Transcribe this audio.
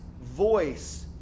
voice